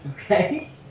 Okay